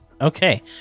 Okay